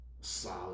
solid